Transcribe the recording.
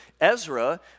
Ezra